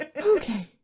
okay